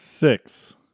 Six